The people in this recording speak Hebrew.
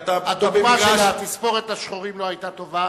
הדוגמה של התספורת של השחורים לא היתה טובה.